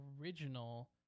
original